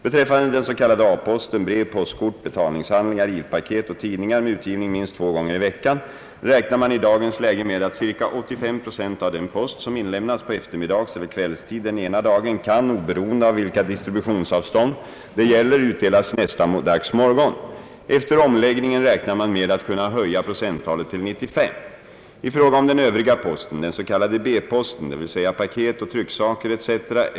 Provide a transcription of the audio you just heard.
Beträffande den s.k. A-posten — brev, postkort, betalningshandlingar, ilpaket och tidningar med utgivning minst två gånger i veckan — räknar man i dagens läge med att ca 85 Zo av den post som inlämnas på eftermiddagseller kvällstid den ena dagen kan, oberoende av vilka distributiosavstånd det gäller, utdelas nästa dags morgon. Efter omläggningen räknar man med att kunna höja procenttalet till 95. I fråga om den övriga posten — den s.k. B-posten, dvs. paket och trycksaker etc.